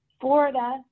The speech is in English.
Florida